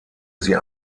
sie